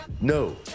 no